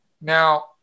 Now